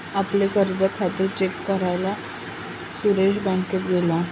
आपले कर्ज खाते चेक करायला सुरेश बँकेत गेला